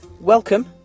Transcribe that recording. Welcome